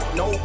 no